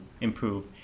improve